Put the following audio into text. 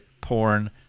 porn